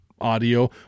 audio